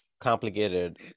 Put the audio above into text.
complicated